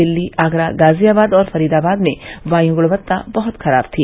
दिल्ली आगरा गाजियाबाद और फरीदाबाद में वायु गुणवत्ता बहुत ही खराब थी